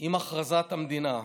עם הכרזת המדינה.